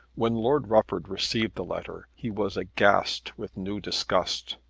when lord rufford received the letter he was aghast with new disgust.